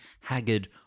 Haggard